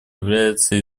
является